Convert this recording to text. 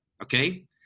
okay